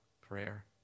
prayer